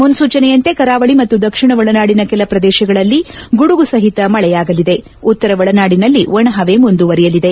ಮುನ್ನೂಚನೆಯಂತೆ ಕರಾವಳಿ ಮತ್ತು ದಕ್ಷಿಣ ಒಳನಾಡಿನ ಕೆಲ ಪ್ರದೇಶಗಳಲ್ಲಿ ಗುಡುಗು ಸಹಿತ ಮಳೆಯಾಗಲಿದೆ ಉತ್ತರ ಒಳನಾಡಿನಲ್ಲಿ ಒಣಹವೆ ಮುಂದುವರೆಯಲಿದೆ